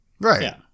Right